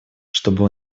чтобы